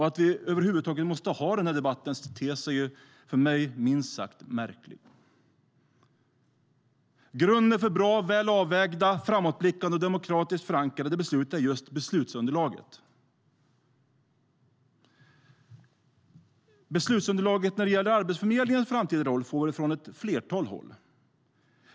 Att vi över huvud taget måste ha debatten ter sig för mig minst sagt märkligt. Grunden för bra och väl avvägda, framåtblickande och demokratiskt förankrade beslut är just beslutsunderlaget. Beslutsunderlaget när det gäller Arbetsförmedlingens framtida roll kommer från ett flertal håll.